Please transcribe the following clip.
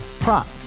Prop